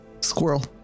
squirrel